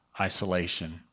isolation